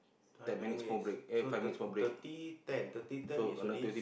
hundred twenty minutes so thir~ thirty ten thirty ten is already